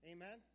Amen